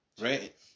Right